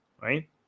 Right